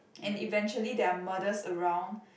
and eventually there are murders around